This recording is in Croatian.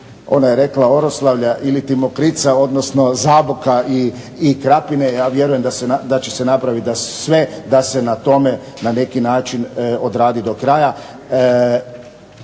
ona rekla Oroslavja ili Mokrica, odnosno Zaboka i Krapine. Ja vjerujem da će se napravit da se na tome na neki način odradi do kraja.